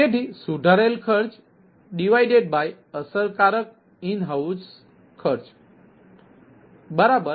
તેથી સુધારેલ ખર્ચઅસરકારક ઈન હાઉસ ખર્ચ22